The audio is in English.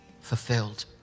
fulfilled